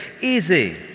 Easy